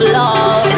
love